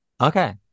okay